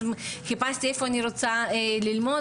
אז חיפשתי איפה אני רוצה ללמוד,